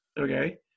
okay